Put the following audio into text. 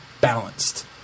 balanced